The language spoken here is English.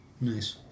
Nice